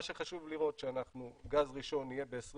מה שחשוב לראות שגז ראשון יהיה ב-2021